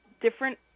different